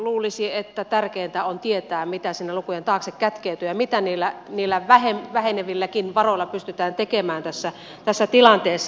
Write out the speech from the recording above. luulisi että tärkeintä on tietää mitä sinne lukujen taakse kätkeytyy ja mitä niillä vähenevilläkin varoilla pystytään tekemään tässä tilanteessa